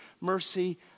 mercy